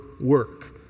work